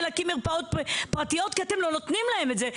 להקים מרפאות פרטיות כי אתם לא נותנים להם את זה,